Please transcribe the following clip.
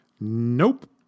Nope